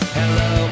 hello